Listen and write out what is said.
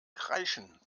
kreischen